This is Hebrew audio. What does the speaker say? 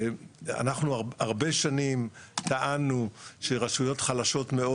אנחנו הרבה שנים טענו שרשויות חלשות מאוד